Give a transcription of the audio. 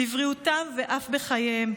בבריאותם ואף בחייהם.